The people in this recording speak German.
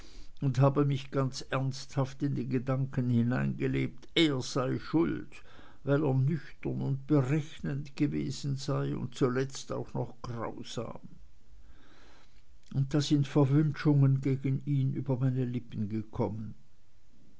und habe mich ganz ernsthaft in den gedanken hineingelebt er sei schuld weil er nüchtern und berechnend gewesen sei und zuletzt auch noch grausam und da sind verwünschungen gegen ihn über meine lippen gekommen